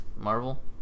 Marvel